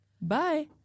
Bye